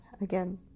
Again